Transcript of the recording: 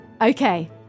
Okay